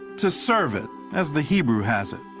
to serve it, as the hebrew has it.